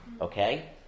Okay